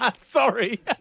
Sorry